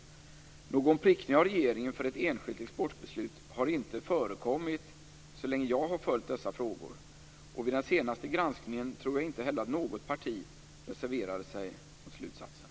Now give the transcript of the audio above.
Någon prickning av regeringen för ett enskilt exportbeslut har inte förekommit så länge jag har följt dessa frågor, och vid den senaste granskningen tror jag inte heller att något parti reserverade sig mot slutsatsen.